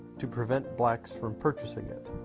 to prevent blacks from purchasing it